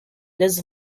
this